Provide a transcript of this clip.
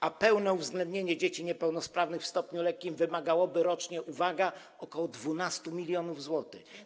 A pełne uwzględnienie dzieci niepełnosprawnych w stopniu lekkim wymagałoby rocznie, uwaga, ok. 12 mln zł.